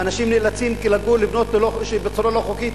ואנשים נאלצים לבנות בצורה לא חוקית.